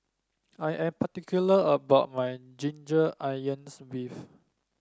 I am particular about my Ginger Onions beef